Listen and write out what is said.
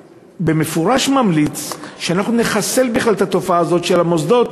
במפורש ממליץ שאנחנו נחסל את התופעה הזאת של המוסדות